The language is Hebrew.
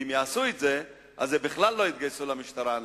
ואם יעשו את זה אז בכלל לא יתגייסו אנשים למשטרה.